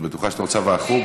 את בטוחה שאת רוצה ועחו"ב?